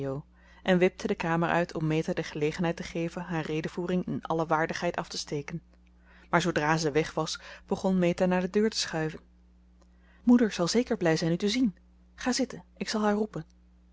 en wipte de kamer uit om meta de gelegenheid te geven haar redevoering in alle waardigheid af te steken maar zoodra ze weg was begon meta naar de deur te schuiven moeder zal zeker blij zijn u te zien ga zitten ik zal haar roepen